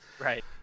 Right